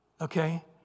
Okay